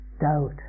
doubt